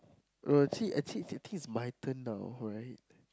uh actually actually I think it's my turn now right